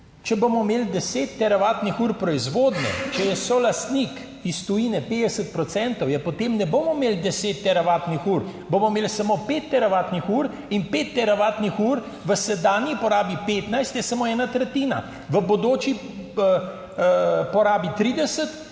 Če bomo imeli deset teravatnih ur proizvodnje, če je solastnik iz tujine 50 procentov, je potem ne bomo imeli deset teravatnih ur, bomo imeli samo pet teravatnih ur. In pet teravatnih ur v sedanji porabi 15 je samo ena tretjina v bodoči porabi 30